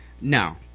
No